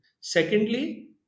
Secondly